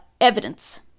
evidence